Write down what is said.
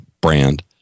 brand